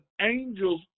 angels